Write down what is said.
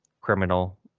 criminal